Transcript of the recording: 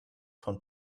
von